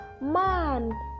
man